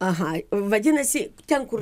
aha vadinasi ten kur